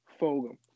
Fogum